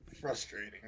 Frustrating